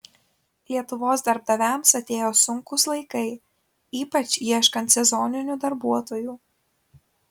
lietuvos darbdaviams atėjo sunkūs laikai ypač ieškant sezoninių darbuotojų